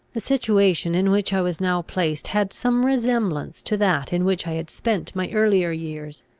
the situation in which i was now placed had some resemblance to that in which i had spent my earlier years,